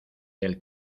del